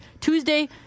Tuesday